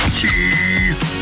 Cheese